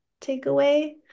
takeaway